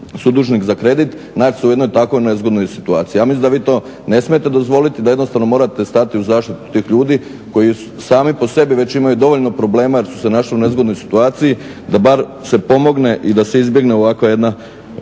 sudužnik za kredit naći se u jednoj takvoj nezgodnoj situaciji. Ja mislim da vi to ne smijete dozvoliti, da jednostavno morate stati u zaštitu tih ljudi koji sami po sebi već imaju dovoljno problema jer su se našli u nezgodnoj situaciji da bar se pomogne i da se izbjegne ovakva jedna,